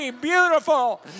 beautiful